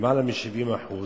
למעלה מ-70%